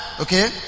okay